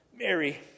Mary